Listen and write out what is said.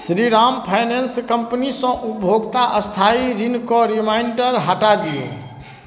Shriram finance कम्पनीसँ उपभोक्ता स्थायी ऋणके रिमाइण्डर हटा दिऔ